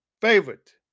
favorite